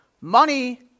Money